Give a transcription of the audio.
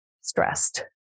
stressed